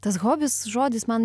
tas hobis žodis man